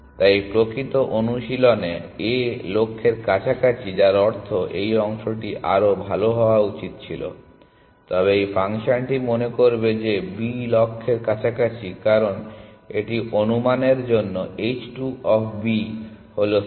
তাই প্রকৃত অনুশীলনে A লক্ষ্যের কাছাকাছি যার অর্থ এই অংশটি আরও ভাল হওয়া উচিত ছিল তবে এই ফাংশনটি মনে করবে যে B লক্ষ্যের কাছাকাছি কারণ এটির অনুমানের জন্য h 2 অফ B হল 70 যা 80 এর থেকে কম